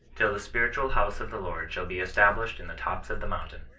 till the spi ritual house of the lord shall be established in the tops of the mountain,